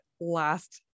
last